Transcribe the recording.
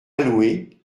louer